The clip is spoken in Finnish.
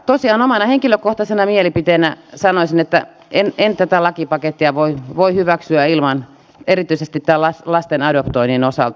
tosiaan omana henkilökohtaisena mielipiteenä sanoisin että en tätä lakipakettia voi hyväksyä erityisesti lasten adoptoinnin osalta